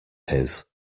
his